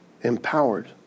empowered